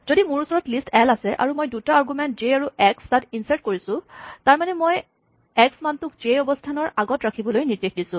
যদি মোৰ ওচৰত লিষ্ট এল আছে আৰু মই দুটা আৰগুমেন্ট জে আৰু এক্স তাত ইনৰ্ছাট কৰিছোঁ তাৰমানে মই এক্স মানটোক জে অৱস্হানৰ আগত ৰাখিবলৈ নিৰ্দেশ দিছো